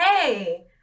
Hey